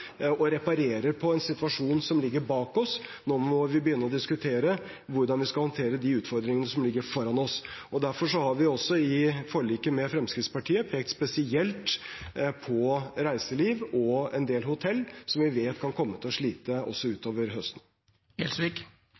på en situasjon som ligger bak oss. Nå må vi begynne å diskutere hvordan vi skal håndtere de utfordringene som ligger foran oss. Derfor har vi også i forliket med Fremskrittspartiet pekt spesielt på reiseliv og en del hotell som vi vet kan komme til å slite også utover